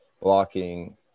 blocking